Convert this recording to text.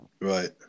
Right